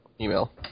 email